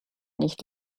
nicht